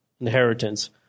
inheritance